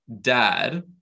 dad